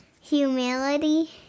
humility